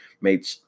made